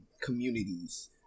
communities